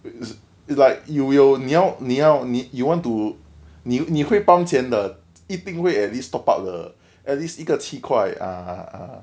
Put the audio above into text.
it's it's like you you 你要你要你 you want to 你你会 pump 钱的一定会 at least top up 的 at least 一个七块